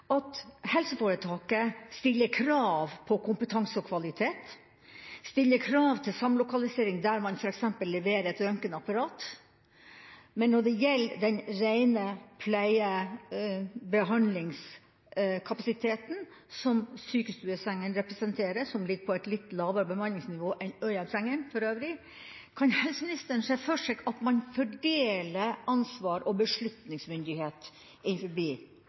følgende: Helseforetaket stiller krav når det gjelder kompetanse og kvalitet og stiller krav til samlokalisering der man f.eks. leverer et røntgenapparat. Men når det gjelder den rene pleie- og behandlingskapasiteten – som sykestuesenga representerer, som for øvrig ligger på et litt lavere bemanningsnivå enn øyeblikkelig hjelp-senga – kan helseministeren der se for seg at man fordeler ansvar og beslutningsmyndighet